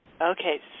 Okay